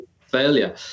failure